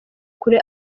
kure